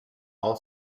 all